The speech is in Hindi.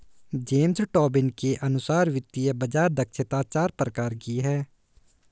जेम्स टोबिन के अनुसार वित्तीय बाज़ार दक्षता चार प्रकार की है